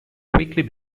quickly